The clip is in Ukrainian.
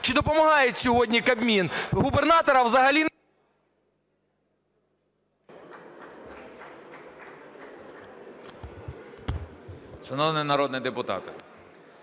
Чи допомагає сьогодні Кабмін? Губернатора взагалі...